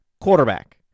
quarterback